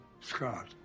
Scott